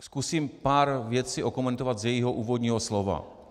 Zkusím pár věcí okomentovat z jejího úvodního slova.